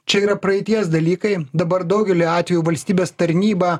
čia yra praeities dalykai dabar daugely atvejų valstybės tarnyba